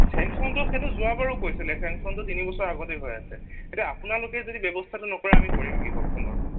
চেংছনটো সেইটো যোৱাবাৰো কৈছিলে চেংছনটো তিনি বছৰ আগতেই হৈ আছে এতিয়া আপোনালোকে যদি ব্যৱস্থাটো নকৰে আমি কৰিম কি কওকচোন বাৰু